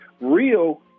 real